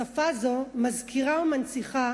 שפה זו מזכירה ומנציחה